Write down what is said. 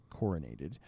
coronated